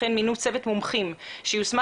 וכן מינו צוות מומחים שיוסמך,